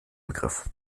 begriff